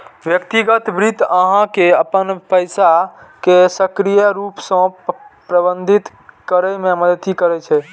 व्यक्तिगत वित्त अहां के अपन पैसा कें सक्रिय रूप सं प्रबंधित करै मे मदति करै छै